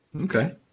Okay